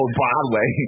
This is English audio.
Broadway